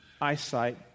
eyesight